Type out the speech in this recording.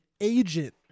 agent